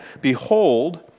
Behold